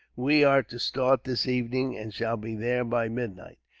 we are to start this evening, and shall be there by midnight.